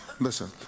Listen